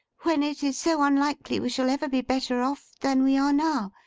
when it is so unlikely we shall ever be better off than we are now?